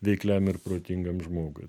veikliam ir protingam žmogui